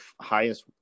highest